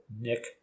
Nick